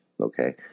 okay